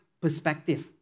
perspective